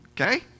okay